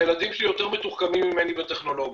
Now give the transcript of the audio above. הילדים שלי יותר מתוחכמים ממני בטכנולוגיה.